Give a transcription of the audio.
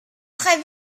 très